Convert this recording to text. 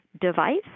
device